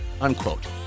unquote